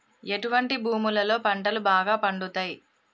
ఎటువంటి భూములలో పంటలు బాగా పండుతయ్?